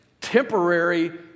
temporary